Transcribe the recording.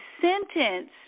sentenced